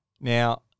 Now